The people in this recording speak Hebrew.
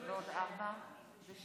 אז